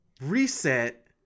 reset